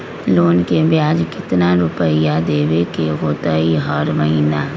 Loan के ब्याज कितना रुपैया देबे के होतइ हर महिना?